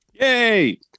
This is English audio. Yay